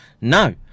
no